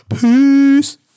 Peace